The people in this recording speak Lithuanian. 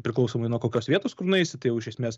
priklausomai nuo kokios vietos kur nueisi tai jau iš esmės